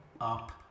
up